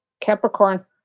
Capricorn